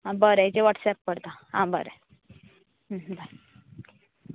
आं बरें हेजेर वॉटसॅप करतां आं बरें